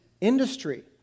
industry